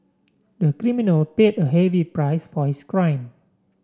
the criminal paid a heavy price for his crime